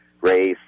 race